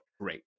Great